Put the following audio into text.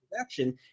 action